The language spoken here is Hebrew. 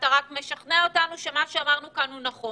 ואתה רק משכנע אותנו שכל מה שאמרנו נכון,